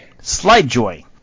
SlideJoy